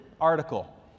article